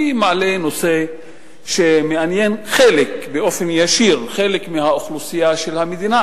אני מעלה נושא שמעניין באופן ישיר חלק מהאוכלוסייה של המדינה,